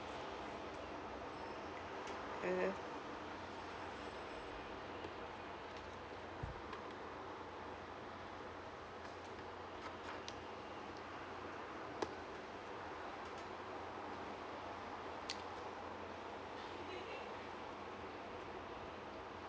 mm